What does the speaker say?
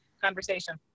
conversation